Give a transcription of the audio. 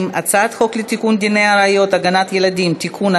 ההצעה להעביר את הצעת חוק לתיקון דיני הראיות (הגנת ילדים) (תיקון,